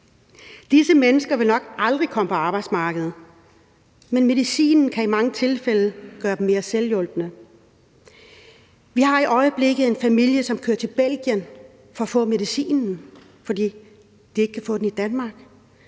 Disse mennesker vil nok aldrig komme på arbejdsmarkedet, men medicinen kan i mange tilfælde gøre dem mere selvhjulpne. Vi ser i øjeblikket en familie køre til Belgien for at få medicinen, fordi man ikke kan få den i Danmark,